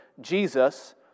Jesus